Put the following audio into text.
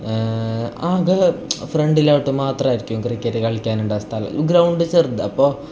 ആകെ ഫ്രണ്ടിലോട്ട് മാത്രമായിരിക്കും ക്രിക്കറ്റ് കളിക്കാനുണ്ടാവുക സ്ഥലം ഗ്രൗണ്ട് ചെറുതാണ് അപ്പോൾ